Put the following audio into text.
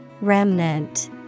Remnant